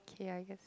k I guess